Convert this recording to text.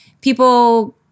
people